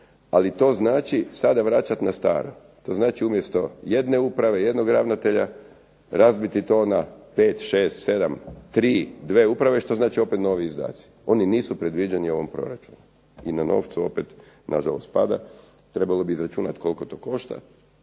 ali to znači sada vraćati na staro, to znači umjesto jedne uprave, jednog ravnatelja razbiti to na 5, 6, 7, 3, 2 uprave, što znači opet novi izdaci. Oni nisu predviđeni u ovom proračunu. I na novcu opet na žalost pada, trebalo bi izračunati koliko to košta,